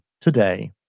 today